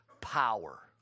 power